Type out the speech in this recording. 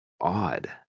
odd